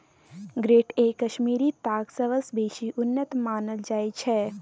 grade A Kashmiri ताग सबसँ बेसी उन्नत मानल जाइ छै